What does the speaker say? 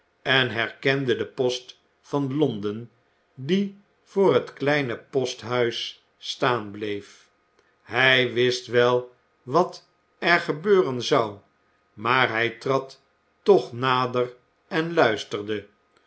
en herkende den post van londen die voor het kleine posthuis staan bleef hij wist wel wat er gebeuren zou maar hij trad toch nader en luisterde